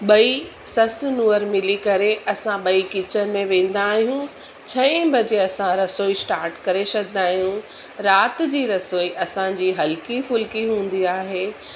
ॿई ससु नूंहंर मिली करे असां ॿई किचन में वेंदा आहियूं छहे बजे असां रसोई स्टार्ट करे छॾींदा आहियूं राति जी रसोई असांजी हल्की फुल्की हूंदी आहे